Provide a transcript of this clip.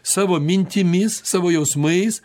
savo mintimis savo jausmais